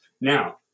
Now